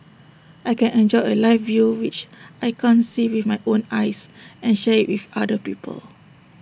I can enjoy A live view which I can't see with my own eyes and share IT with other people